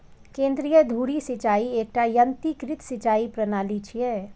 केंद्रीय धुरी सिंचाइ एकटा यंत्रीकृत सिंचाइ प्रणाली छियै